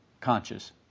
conscious